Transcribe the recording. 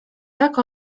tak